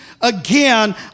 again